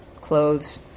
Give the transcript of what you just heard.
clothes